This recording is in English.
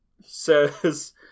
says